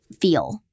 feel